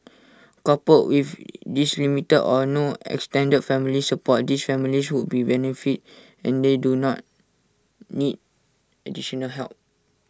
coupled with this limited or no extended family support these families would benefit and they do not need additional help